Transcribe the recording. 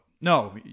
no